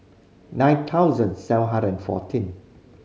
nine thousand seven hundred and fourteen